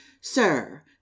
sir